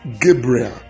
Gabriel